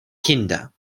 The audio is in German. kinder